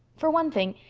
for one thing,